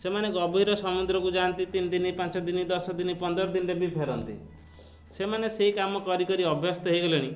ସେମାନେ ଗଭୀର ସମୁଦ୍ରକୁ ଯାଆନ୍ତି ତିନି ଦିନ ପାଞ୍ଚ ଦିନ ଦଶ ଦିନ ପନ୍ଦର ଦିନରେ ବି ଫେରନ୍ତି ସେମାନେ ସେଇ କାମ କରିକରି ଅଭ୍ୟସ୍ତ ହୋଇଗଲେଣି